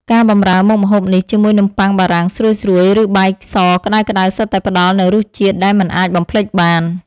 ការបម្រើមុខម្ហូបនេះជាមួយនំប៉័ងបារាំងស្រួយៗឬបាយសក្តៅៗសុទ្ធតែផ្តល់នូវរសជាតិដែលមិនអាចបំភ្លេចបាន។